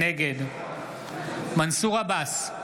נגד מנסור עבאס,